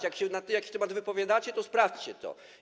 Jak się na jakiś temat wypowiadacie, to sprawdźcie to.